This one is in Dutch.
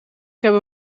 hebben